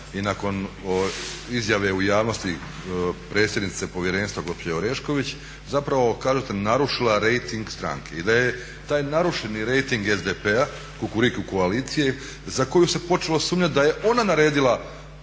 i nakon izjave u javnosti predsjednice povjerenstva gospođe Orešković zapravo kažete narušila rejting stranke i da je taj narušeni rejting SDP-a i Kukuriku koalicije za koju se počelo sumnjati da je ona naredila